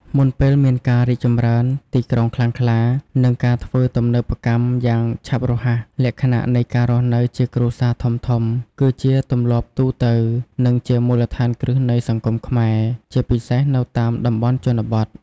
មុនពេលមានការរីកចម្រើនទីក្រុងខ្លាំងក្លា និងការធ្វើទំនើបកម្មយ៉ាងឆាប់រហ័ស លក្ខណៈនៃការរស់នៅជា គ្រួសារធំៗ គឺជាទម្លាប់ទូទៅ និងជាមូលដ្ឋានគ្រឹះនៃសង្គមខ្មែរ ជាពិសេសនៅតាមតំបន់ជនបទ។